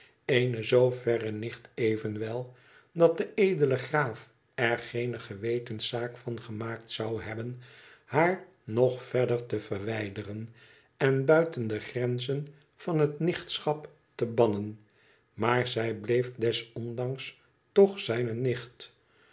eene zoo verre nicht evenwel dat de edele graaf er geene gewetenszaak van gemaakt zou hebben haar nog verder te verwijderen en buiten de gren zen van het nichtschap te bannen maar zij bleef des ondanks toch zijne nicht